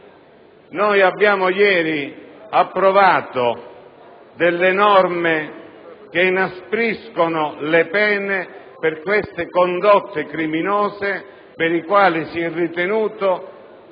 ieri abbiamo approvato alcune norme che inaspriscono le pene per queste condotte criminose, per le quali si è ritenuto